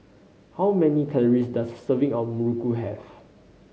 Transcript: how many calories does a serving of muruku have